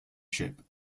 ship